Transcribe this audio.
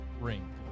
ring